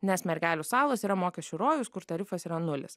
nes mergelių salos yra mokesčių rojus kur tarifas yra nulis